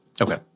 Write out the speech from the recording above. Okay